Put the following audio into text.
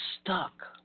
stuck